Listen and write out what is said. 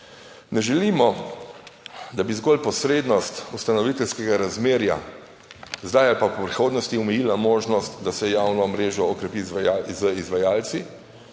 Ne želimo, da bi zgolj posrednost ustanoviteljskega razmerja zdaj ali pa v prihodnosti omejila možnost, da se javno mrežo okrepi z izvajalci,